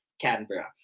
Canberra